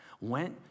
went